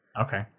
Okay